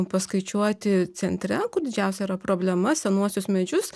paskaičiuoti centre kur didžiausia yra problema senuosius medžius